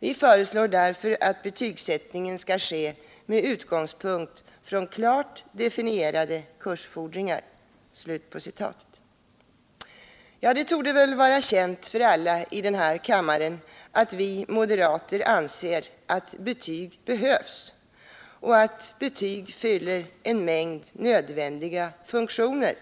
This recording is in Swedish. Vi föreslår därför att betygssättningen skall ske med utgångspunkt från klart definierade kursfordringar.” Det torde vara känt för alla i den här kammaren att vi moderater anser att betyg behövs och att betyg fyller en mängd nödvändiga funktioner